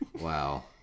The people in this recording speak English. Wow